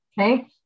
okay